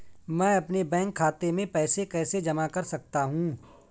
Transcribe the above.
मैं अपने बैंक खाते में पैसे कैसे जमा कर सकता हूँ?